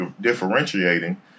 differentiating